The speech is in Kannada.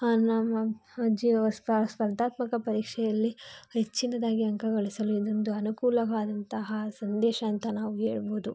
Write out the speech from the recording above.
ನಮ್ಮ ಜೀವ ಸ್ಪರ್ಧಾತ್ಮಕ ಪರೀಕ್ಷೆಯಲ್ಲಿ ಹೆಚ್ಚಿನದಾಗಿ ಅಂಕಗಳಿಸಲು ಇದೊಂದು ಅನುಕೂಲವಾದಂತಹ ಸಂದೇಶ ಅಂತ ನಾವು ಹೇಳ್ಬೊದು